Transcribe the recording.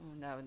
no